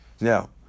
Now